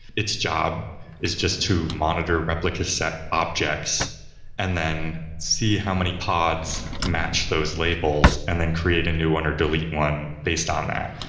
its job is just to monitor replica set objects and then see how many pods match those labels, and then create a new one or delete one based on that.